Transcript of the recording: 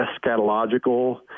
eschatological